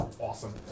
Awesome